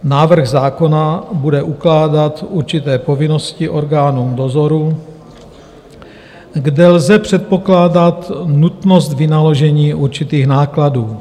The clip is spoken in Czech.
Návrh zákona bude ukládat určité povinnosti orgánům dozoru, kde lze předpokládat nutnost vynaložení určitých nákladů.